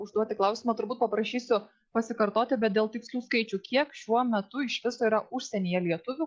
užduoti klausimą turbūt paprašysiu pasikartoti bet dėl tikslių skaičių kiek šiuo metu iš viso yra užsienyje lietuvių